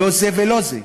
לא זה ולא זה.